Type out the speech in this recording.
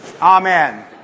Amen